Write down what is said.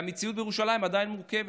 והמציאות בירושלים עדיין מורכבת.